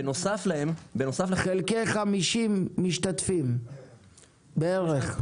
חלקי 50 משתתפים בערך.